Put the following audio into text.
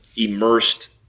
immersed